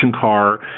car